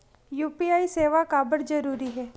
UPI सेवाएं काबर जरूरी हे?